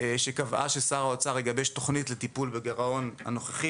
שקבעה ששר האוצר יגבש תוכנית לטיפול בגירעון הנוכחי